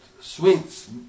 sweets